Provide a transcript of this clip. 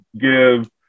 give